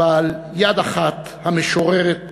בעל יד אחת המשוררת